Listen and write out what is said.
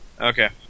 Okay